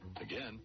Again